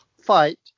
fight